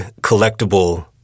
collectible